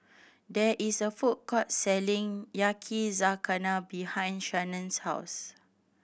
there is a food court selling Yakizakana behind Shanna's house